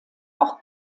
auch